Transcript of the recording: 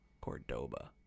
Cordoba